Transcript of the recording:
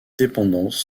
dépendances